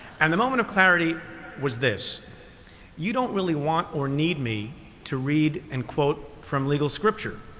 and the moment of clarity was this you don't really want or need me to read and quote from legal scripture,